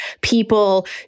People